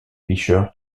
fisher